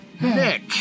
Nick